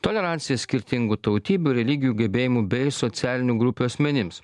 tolerancija skirtingų tautybių religijų gebėjimų bei socialinių grupių asmenims